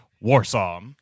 Warsaw